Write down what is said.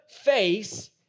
face